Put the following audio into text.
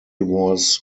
was